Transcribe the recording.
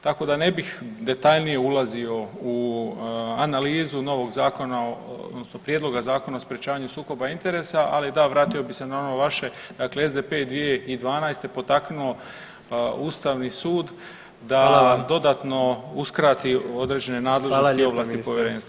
Tako da ne bih detaljnije ulazio u analizu novog zakona odnosno prijedloga Zakona o sprječavanju sukoba interesa, ali da vratio bi se na ono vaše, dakle SDP je 2012. potaknuo Ustavni sud da dodatno [[Upadica: Hvala vam.]] uskrati određene nadležnosti i ovlasti povjerensta.